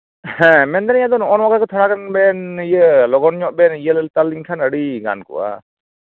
ᱦᱮᱸ ᱢᱮᱱᱫᱟᱞᱤᱧ ᱟᱫᱚ ᱱᱚᱜᱼᱚ ᱱᱚᱣᱟ ᱠᱚ ᱛᱷᱚᱲᱟ ᱜᱟᱱ ᱵᱮᱱ ᱤᱭᱟᱹ ᱞᱚᱜᱚᱱ ᱧᱚᱜ ᱵᱮᱱ ᱤᱭᱟᱹ ᱞᱮᱛᱟᱞᱤᱧ ᱠᱷᱟᱱ ᱟᱹᱰᱤ ᱜᱟᱱ ᱠᱚᱜᱼᱟ